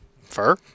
Fur